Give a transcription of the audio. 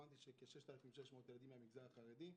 הבנתי שכ-6,600 ילדים מהמגזר החרדי.